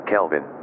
Kelvin